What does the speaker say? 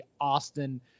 Austin